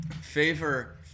favor